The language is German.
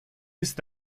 ist